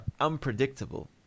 unpredictable